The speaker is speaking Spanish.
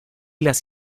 las